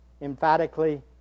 emphatically